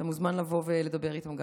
אתה מוזמן לבוא ולדבר איתם גם.